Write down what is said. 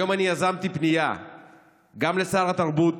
היום יזמתי פנייה גם לשר התרבות,